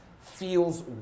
feels